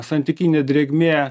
santykinė drėgmė